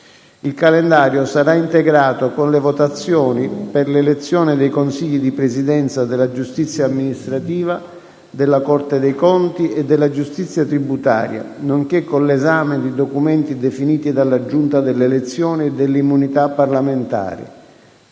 Il calendario sarà integrato con le votazioni per l'elezione dei Consigli di Presidenza della Giustizia amministrativa, della Corte dei conti e della Giustizia tributaria, nonché con l'esame di documenti definiti dalla Giunta delle elezioni e delle immunità parlamentari.